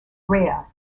rare